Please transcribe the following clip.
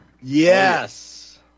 Yes